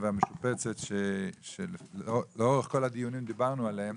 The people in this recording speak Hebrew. והמשופצת שלאורך כל הדיונים דיברנו עליה,